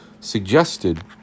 Suggested